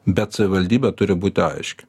bet savivaldybė turi būti aiški